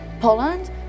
Poland